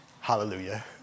Hallelujah